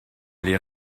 les